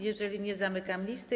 Jeżeli nie, zamykam listę.